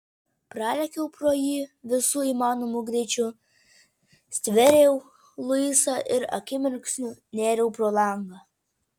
pralėkiau pro jį visu įmanomu greičiu stvėriau luisą ir akimirksniu nėriau pro langą